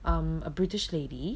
um a british lady